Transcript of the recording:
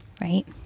right